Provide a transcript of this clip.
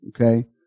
Okay